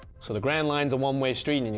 so the grandline is a one way street, and